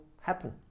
happen